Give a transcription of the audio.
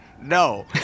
No